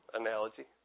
analogy